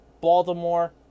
Baltimore